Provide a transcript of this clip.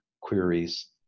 queries